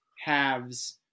halves